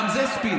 גם זה ספין.